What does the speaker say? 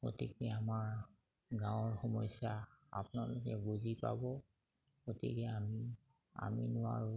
গতিকে আমাৰ গাঁৱৰ সমস্যা আপোনালোকে বুজি পাব গতিকে আমি আমি নোৱাৰোঁ